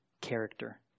character